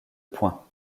points